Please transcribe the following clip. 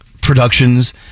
productions